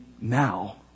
now